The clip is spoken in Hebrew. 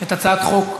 את הצעת חוק.